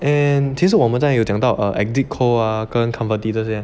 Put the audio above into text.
and 其实我们刚才有讲到 err exit cold 跟 comali 这些